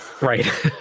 Right